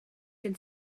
gen